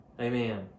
amen